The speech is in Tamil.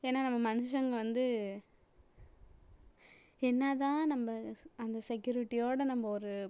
ஏன்னா நம்ம மனுஷங்கள் வந்து என்ன தான் நம்ம அந்த செக்யூரிட்டியோட நம்ம ஒரு